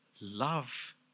love